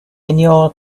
ignore